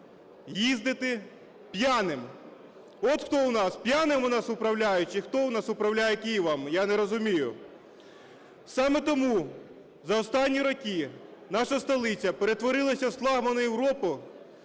їздити п'яним. От хто у нас: п'яними у нас управляють, чи хто у нас управляє Києвом? Я не розумію. Саме тому за останні роки наша столиця перетворилася з флагмана Європи,